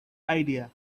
idea